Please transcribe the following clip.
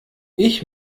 ich